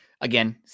Again